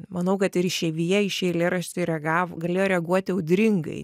manau kad ir išeivija į šį eilėraštį reagavo galėjo reaguoti audringai